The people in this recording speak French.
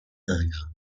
ingres